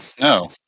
no